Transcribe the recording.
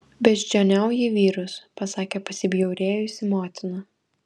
beždžioniauji vyrus pasakė pasibjaurėjusi motina